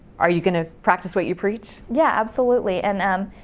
are you going to practice what you preach? yeah, absolutely. and um